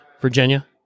Virginia